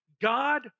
God